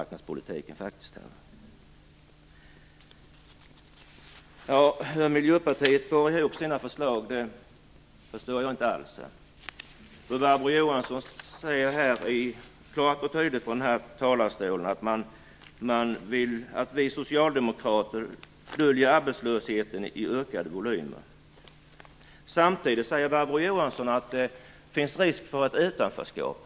Hur Miljöpartiet får ihop sina förslag förstår jag inte alls. Barbro Johansson säger klart och tydligt från denna talarstol att vi socialdemokrater döljer arbetslösheten i ökade volymer. Samtidigt säger Barbro Johansson att det finns risk för ett utanförskap.